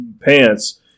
pants